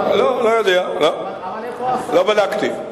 לא יודע, לא בדקתי.